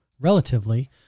relatively